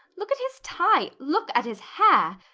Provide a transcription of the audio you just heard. look at his tie! look at his hair!